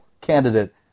candidate